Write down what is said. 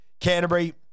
Canterbury